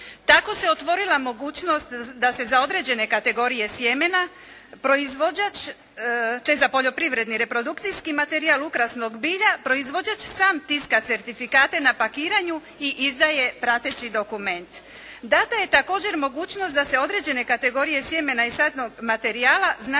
Tako se otvorila mogućnost da se za određene kategorije sjemena proizvođač, tj. za poljoprivredni reprodukcijski materijal ukrasnog bilja proizvođač sam tiska certifikate na pakiranju i izdaje prateći dokument. Dana je također mogućnost da se određene kategorije sjemena i sadnog materijala